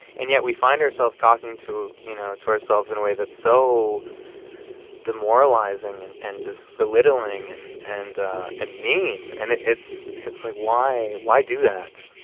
and yet we find ourselves talking to you know, to ourselves in a way that's so demoralizing and and just belittling and and mean and it's it's like, why why do that?